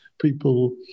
People